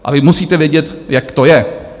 A vy musíte vědět, jak to je.